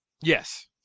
Yes